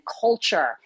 culture